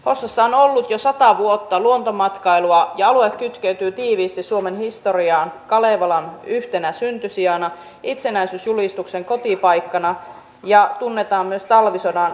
hossassa on ollut jo sata vuotta luontomatkailua ja alue kytkeytyy tiiviisti suomen historiaan kalevalan yhtenä syntysijana itsenäisyysjulistuksen kotipaikkana ja tunnetaan myös talvisodan keskeisistä taisteluista